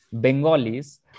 Bengalis